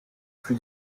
plus